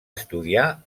estudiar